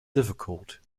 difficult